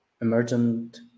emergent